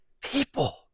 People